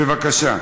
בבקשה.